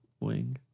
wing